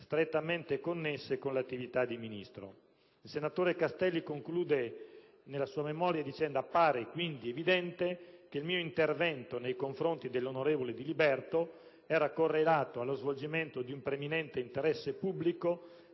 strettamente connesse con le attività di Ministro. Il senatore Castelli conclude la sua memoria dicendo: «Appare quindi evidente che il mio intervento nei confronti dell'onorevole Diliberto era correlato allo svolgimento di un preminente interesse pubblico